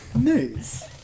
Nice